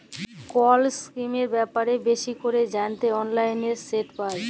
call ইসকিমের ব্যাপারে বেশি ক্যরে জ্যানতে অললাইলে সেট পায়